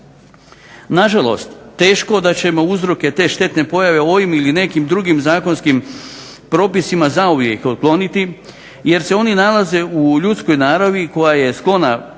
Nažalost, teško da ćemo uzroke te štetne pojave ovim ili nekim drugim zakonskim propisima zauvijek otkloniti jer se oni nalaze u ljudskoj naravi koja je sklona pokleknuti